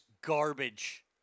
garbage